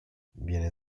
viene